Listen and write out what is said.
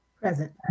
Present